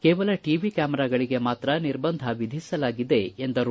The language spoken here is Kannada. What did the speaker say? ಕೇವಲ ಟವಿ ಕ್ಯಾಮೆರಾಗಳಿಗೆ ಮಾತ್ರ ನಿರ್ಬಂಧ ವಿಧಿಸಲಾಗಿದೆ ಎಂದರು